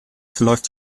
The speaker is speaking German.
verläuft